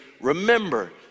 Remember